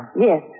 Yes